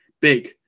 Big